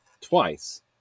twice